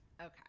Okay